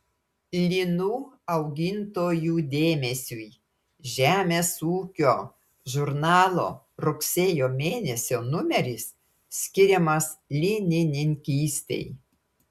linų augintojų dėmesiui žemės ūkio žurnalo rugsėjo mėnesio numeris skiriamas linininkystei